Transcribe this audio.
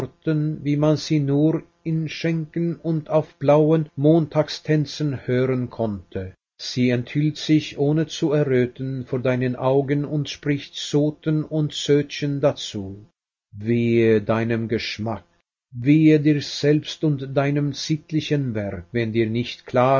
wie man sie nur in schenken und auf blauen montagstänzen hören konnte sie enthüllt sich ohne zu erröten vor deinen augen und spricht zoten und zötchen dazu wehe deinem geschmack wehe dir selbst und deinem sittlichen wert wenn dir nicht klar